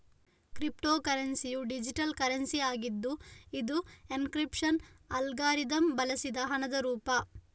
crypto ಕರೆನ್ಸಿಯು digital currency ಆಗಿದ್ದು ಇದು ಎನ್ಕ್ರಿಪ್ಶನ್ ಅಲ್ಗಾರಿದಮ್ ಬಳಸಿದ ಹಣದ ರೂಪ